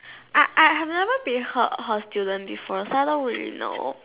I I have never been her her student before so I don't really know